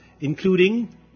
including